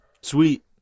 Sweet